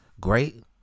Great